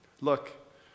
Look